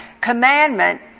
Commandment